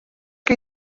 que